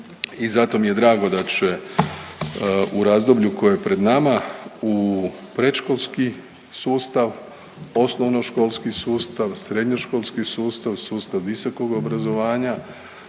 i zato mi je drago da će u razdoblju koje je pred nama u predškolski sustav, osnovnoškolski sustav, srednjoškolski sustav, sustav visokog obrazovanja